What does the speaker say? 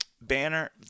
Banner